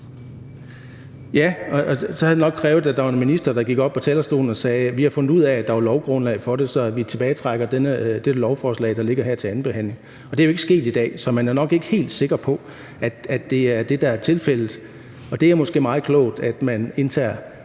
Ja, og så havde det nok krævet, at der var en minister, der gik op på talerstolen og sagde: Vi har fundet ud af, at der var lovgrundlag for det, så vi tilbagetrækker det lovforslag, der ligger her til andenbehandling. Det er jo ikke sket i dag, så man er nok ikke helt sikker på, at det er det, der er tilfældet, og det er måske meget klogt, at man indtager